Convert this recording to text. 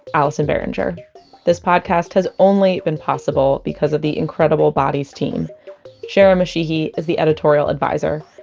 allison behringer this podcast has only been possible because of the incredible bodies team sharon mashihi is the editorial advisor.